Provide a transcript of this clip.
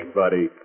buddy